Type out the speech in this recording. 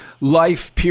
life